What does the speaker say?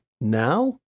now